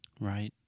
Right